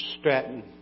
Stratton